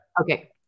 Okay